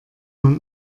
man